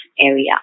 area